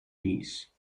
these